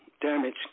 damage